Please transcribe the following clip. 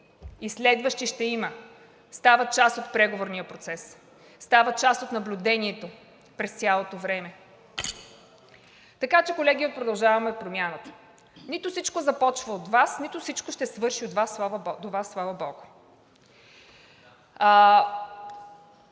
и следващи ще има, стават част от преговорния процес, стават част от наблюдението през цялото време. Така че, колеги от „Продължаваме Промяната“, нито всичко започва от Вас, нито всичко ще свърши до Вас, слава богу